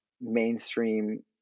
mainstream